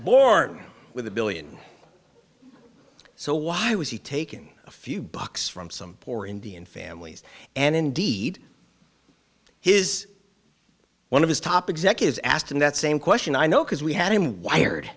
born with a billion so why was he taking a few bucks from some poor indian families and indeed his one of his top executives asked him that same question i know because we had him wired